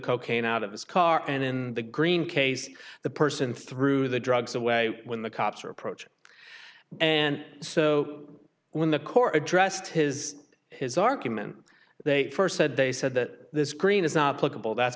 cocaine out of his car and in the green case the person through the drugs away when the cops are approaching and so when the corps addressed his his argument they first said they said that this green is not political that